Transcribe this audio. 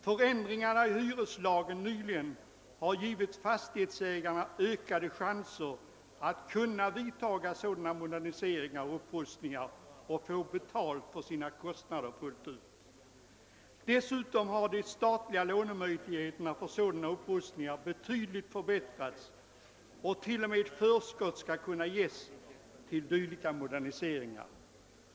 Förändringarna i hyreslagen nyligen har givit fastighetsägarna ökade möjligheter att vidta sådana moderniseringar och upprustningar och få betalt för sina kostnader fullt ut. Dessutom har de statliga lånemöjligheterna för såda na upprustningar betydligt förbättrats; det skall t.o.m. kunna lämnas förskott till dylika moderniseringar.